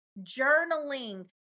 Journaling